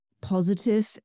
positive